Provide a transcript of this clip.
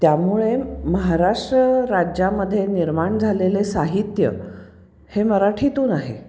त्यामुळे महाराष्ट्र राज्यामध्ये निर्माण झालेले साहित्य हे मराठीतून आहे